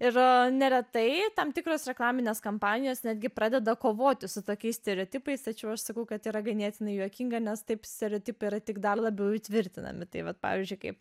ir neretai tam tikros reklaminės kampanijas netgi pradeda kovoti su tokiais stereotipais tačiau aš sakau kad yra ganėtinai juokinga nes taip stereotipai yra tik dar labiau įtvirtinami tai vat pavyzdžiui kaip